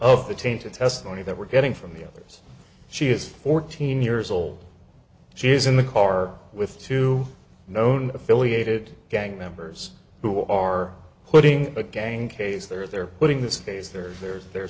of the tainted testimony that we're getting from the others she is fourteen years old she's in the car with two known affiliated gang members who are putting again case they're putting this case they're very they're